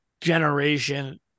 Generation